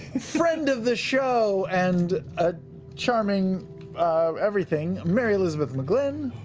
friend of the show and ah charming everything, mary elizabeth mcglynn